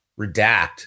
redact